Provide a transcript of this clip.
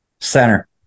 center